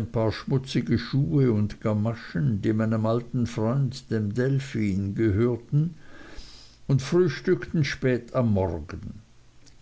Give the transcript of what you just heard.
paar schmutzige schuhe und gamaschen die meinem alten freund dem delphin gehörten und frühstückten spät am morgen